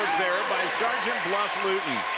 by sergeant bluff-luton.